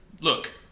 Look